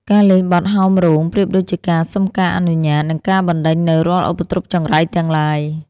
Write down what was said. ការលេងបទហោមរោងប្រៀបដូចជាការសុំការអនុញ្ញាត និងការបណ្ដេញនូវរាល់ឧបទ្រពចង្រៃទាំងឡាយ